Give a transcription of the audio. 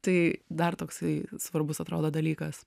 tai dar toksai svarbus atrodo dalykas